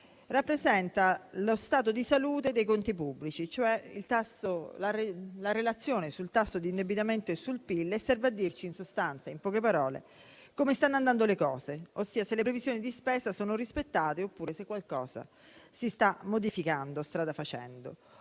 rappresenta lo stato di salute dei conti pubblici, cioè la relazione sul tasso di indebitamento e sul PIL e serve a dirci, in sostanza, come stanno andando le cose, ossia se le previsioni di spesa sono rispettate oppure se qualcosa si sta modificando strada facendo.